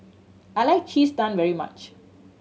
I like Cheese Naan very much